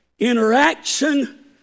Interaction